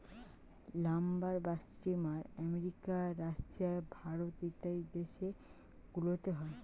lumber বা timber America, Russia, Bharat ইত্যাদি দেশ গুলোতে হয়